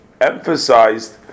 emphasized